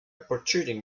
protruding